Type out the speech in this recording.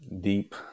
deep